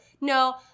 No